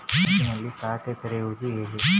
ಬ್ಯಾಂಕಿನಲ್ಲಿ ಖಾತೆ ತೆರೆಯುವುದು ಹೇಗೆ?